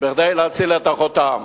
כדי להציל את אחותם.